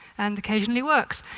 and occasionally works.